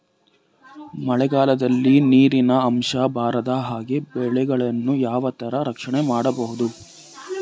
ಮಳೆಗಾಲದಲ್ಲಿ ನೀರಿನ ಅಂಶ ಬಾರದ ಹಾಗೆ ಬೆಳೆಗಳನ್ನು ಯಾವ ತರ ರಕ್ಷಣೆ ಮಾಡ್ಬಹುದು?